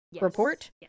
report